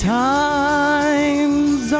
times